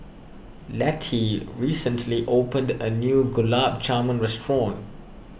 Lettie recently opened a new Gulab Jamun restaurant